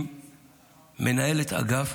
עם מנהלת אגף